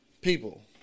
people